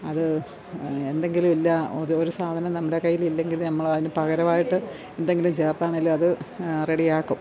അത് എന്തെങ്കിലും ഇല്ല ഒരു ഒരു സാധനം നമ്മുടെ കൈയ്യിലില്ലെങ്കില് നമ്മളതിന് പകരമായിട്ട് എന്തെങ്കിലും ചേർത്താണേലും അത് റെഡിയാക്കും